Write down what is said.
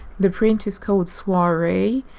the print is called soiree.